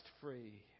free